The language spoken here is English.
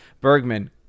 Bergman